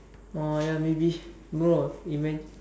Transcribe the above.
oh ya maybe no even